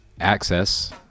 access